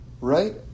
right